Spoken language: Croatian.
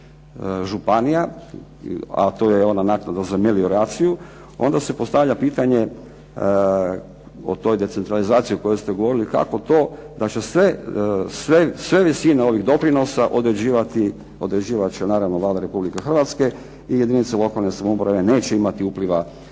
a to je ona naknada za melioraciju, onda se postavlja pitanje o toj decentralizaciji o kojoj ste govorili kako to da će sve visine ovih doprinosa određivati, određivat će naravno Vlada Republike Hrvatske i jedinice lokalne samouprave neće imati upliva